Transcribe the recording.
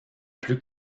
plus